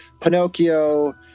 Pinocchio